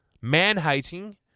Man-hating